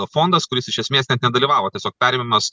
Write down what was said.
fondas kuris iš esmės net nedalyvavo tiesiog perėmimas